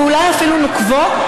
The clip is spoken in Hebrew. ואולי אפילו נוקבות,